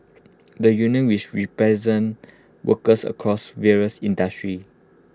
the union which represents workers across various industry